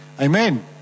Amen